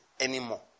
anymore